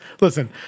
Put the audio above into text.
Listen